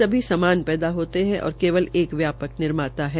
सभी समान पैदा हास्ते है और केवल एक व्यापक निर्माता है